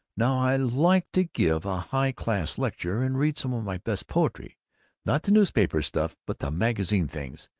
now, i like to give a high-class lecture, and read some of my best poetry not the newspaper stuff but the magazine things.